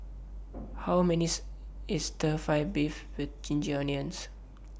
How much IS Stir Fry Beef with Ginger Onions